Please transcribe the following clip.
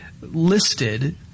listed